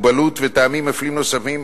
מוגבלות וטעמים אחרים נוספים,